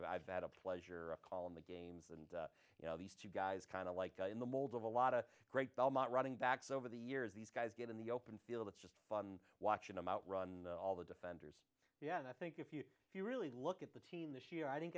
i've had a pleasure a call in the games and you know these two guys kind of like in the mold of a lot of great belmont running backs over the years these guys get in the open field it's just fun watching them out run all the defenders yeah and i think if you if you really look at the team this year i didn't